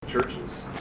churches